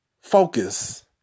focus